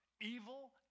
evil